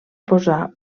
posar